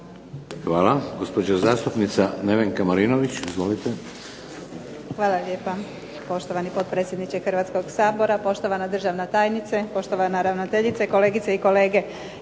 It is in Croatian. Hvala gospođa zastupnica Nevenka Marinović. Izvolite.